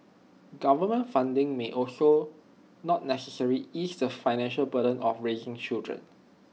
government funding may also not necessarily ease the financial burden of raising children